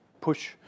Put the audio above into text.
push